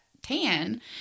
tan